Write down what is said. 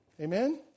Amen